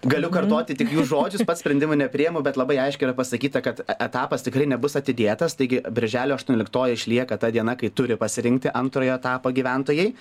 galiu kartoti tik jų žodžius pats sprendimų nepriimu bet labai aiškiai yra pasakyta kad etapas tikrai nebus atidėtas taigi birželio aštuonioliktoji išlieka ta diena kai turi pasirinkti antrojo etapo gyventojai